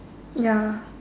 ya